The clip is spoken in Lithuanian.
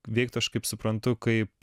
veiktų aš kaip suprantu kaip